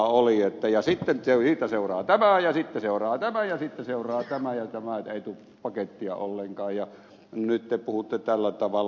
ja siellä sanottiin että sitten siitä seuraa tämä ja sitten seuraa tämä ja sitten seuraa tämä ja tämä ei tule pakettia ollenkaan ja nyt te puhutte tällä tavalla